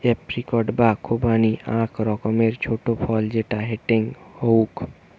apricot বা খুবানি আক রকমের ছোট ফল যেটা হেংটেং হউক